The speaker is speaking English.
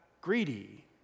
greedy